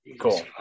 cool